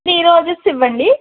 three roses ఇవ్వండి